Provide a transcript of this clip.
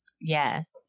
Yes